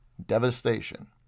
devastation